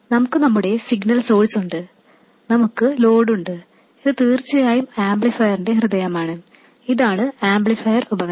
നമുക്ക് നമ്മുടെ സിഗ്നൽ സോഴ്സുണ്ട് നമുക്ക് ലോഡുണ്ട് ഇത് തീർച്ചയായും ആംപ്ലിഫയറിന്റെ ഹൃദയമാണ് ഇതാണ് ആംപ്ലിഫയർ ഉപകരണം